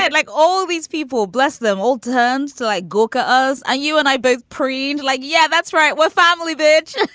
and like all these people, bless them. old terms so like gorka, us, i you and i both preened like. yeah, that's right what family bitch.